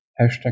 hashtag